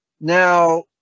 now